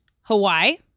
Hawaii